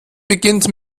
beginnt